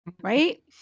right